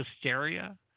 hysteria